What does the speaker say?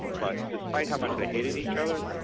but despite how much they hated each other,